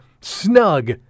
snug